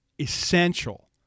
essential